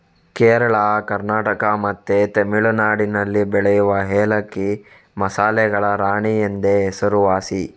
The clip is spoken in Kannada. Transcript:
ಕೇರಳ, ಕರ್ನಾಟಕ ಮತ್ತೆ ತಮಿಳುನಾಡಿನಲ್ಲಿ ಬೆಳೆಯುವ ಏಲಕ್ಕಿ ಮಸಾಲೆಗಳ ರಾಣಿ ಎಂದೇ ಹೆಸರುವಾಸಿ